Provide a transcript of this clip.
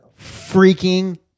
freaking